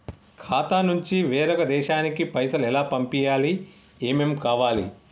ఖాతా నుంచి వేరొక దేశానికి పైసలు ఎలా పంపియ్యాలి? ఏమేం కావాలి?